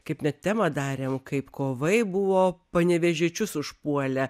kaip net temą darėm kaip kovai buvo panevėžiečius užpuolę